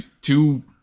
two